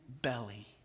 belly